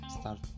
start